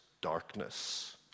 darkness